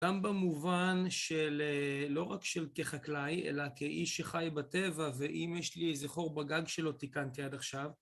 גם במובן של, לא רק כחקלאי, אלא כאיש שחי בטבע, ואם יש לי איזה חור בגג שלא תיקנתי עד עכשיו.